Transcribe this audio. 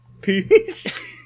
Peace